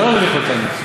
זה לא מביך אותנו.